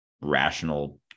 rational